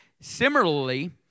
Similarly